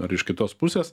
ar iš kitos pusės